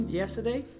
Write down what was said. yesterday